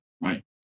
right